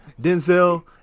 Denzel